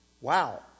Wow